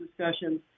discussions